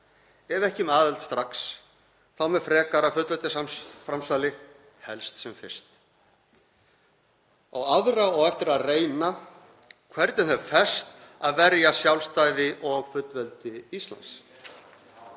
ef ekki með aðild strax þá með frekara fullveldisframsali helst sem fyrst. Á aðra á eftir að reyna hvernig þeim ferst að verja sjálfstæði og fullveldi Íslands.